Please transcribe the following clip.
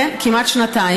כן, כמעט שנתיים.